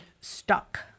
stuck